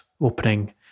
opening